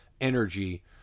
energy